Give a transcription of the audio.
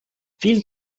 vielen